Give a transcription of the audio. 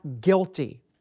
guilty